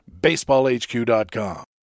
baseballhq.com